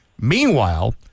Meanwhile